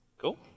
Cool